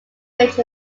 rich